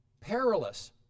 perilous